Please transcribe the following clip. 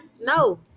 no